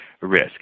risk